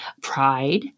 pride